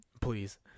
Please